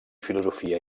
filosofia